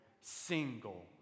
single